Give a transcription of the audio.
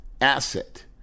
asset